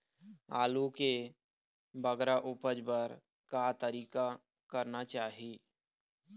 आलू के बगरा उपज बर का तरीका करना चाही?